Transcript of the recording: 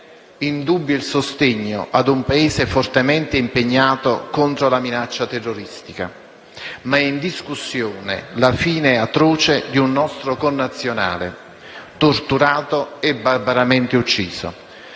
non è in dubbio il sostegno a un Paese fortemente impegnato contro la minaccia terroristica, ma è in discussione la fine atroce di un nostro connazionale, torturato e barbaramente ucciso.